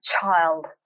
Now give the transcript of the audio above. child